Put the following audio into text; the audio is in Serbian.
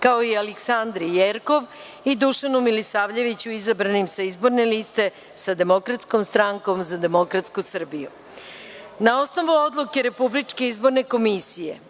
kao i Aleksandri Jerkov i Dušanu Milisavljeviću, izbranim sa Izborne liste „Sa Demokratskom strankom za demokratsku Srbiju“.Na osnovu odluke Republičke izborne komisije